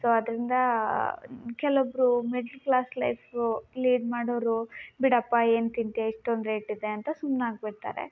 so ಅದರಿಂದ ಕೆಲವೊಬ್ಬರು middle class life lead ಮಾಡೋರು ಬಿಡಪ್ಪ ಏನು ತಿಂತೀಯಾ ಇಷ್ಟೊಂದು ರೇಟ್ ಇದೆ ಅಂತ ಸುಮ್ನೆ ಆಗ್ಬಿಡ್ತಾರೆ